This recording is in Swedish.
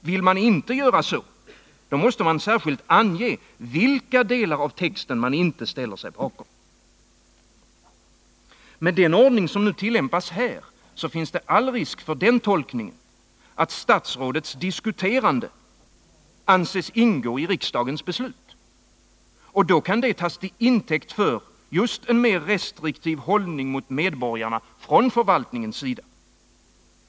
Vill man inte göra så, måste man särskilt ange vilka delar av texten man inte ställer sig bakom. Med den ordning som nu tillämpas här finns det all risk för den tolkningen att statsrådets diskuterande anses ingå i riksdagens beslut, och då kan det tas till intäkt för just en mer restriktiv hållning mot medborgarna från förvaltningens sida.